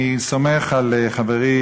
אני סומך על חברי,